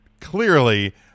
clearly